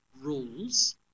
rules